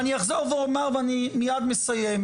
ואני אחזור ואומר ואני מייד מסיים,